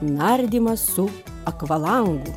nardymas su akvalangu